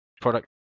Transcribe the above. product